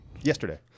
Yesterday